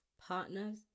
partners